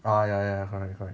orh ya ya ya correct correct